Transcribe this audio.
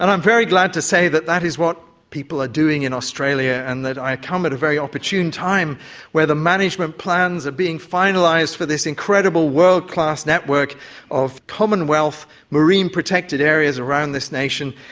and i'm very glad to say that that is what people are doing in australia and that i come at a very opportune time where the management plans are being finalised for this incredible world-class network of commonwealth marine protected areas around this nation.